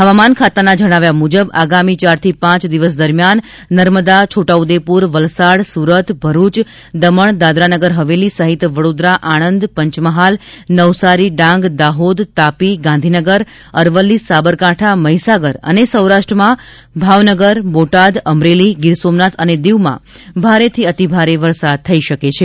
હવામાન ખાતાના જણાવ્યા મુજબ આગામી ચારથી પાંચ દિવસ દરમિયાન નર્મદા છોટા ઉદેપુર વલસાડ સુરત ભરૂચ દમણ દાદરા નગર હવેલી સહિત વડોદરા આણંદ પંચમહાલ નવસારી ડાંગ દાહોદ તાપી ગાંધીનગર અરવલ્લી સાબરકાંઠા મહીસાગર અને સૌરાષ્ટ્રમાં ભાવનગર બોટાદ અમરેલી ગીર સોમનાથ અને દિવમાં ભારેથી અતિ ભારે વરસાદ થઈ શકે છે